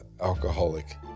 alcoholic